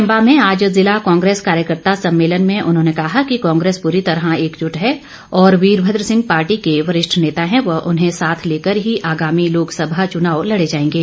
चंबा में आज जिला कांग्रेस कार्येकर्ता सम्मेलन में उन्होंने कहा कि कांग्रेस पूरी तरह एकजूट है और वीरभद्र सिंह पार्टी के वरिष्ठ नेता हैं व उन्हें साथ लेकर ही आगामी लोकसभा चुना लड़े जाएंगे